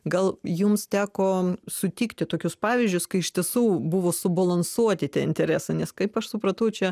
gal jums teko sutikti tokius pavyzdžius kai iš tiesų buvo subalansuoti tie interesai nes kaip aš supratau čia